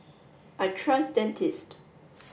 I trust Dentist